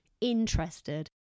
interested